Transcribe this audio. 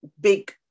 big